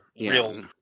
real